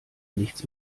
nichts